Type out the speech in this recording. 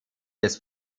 des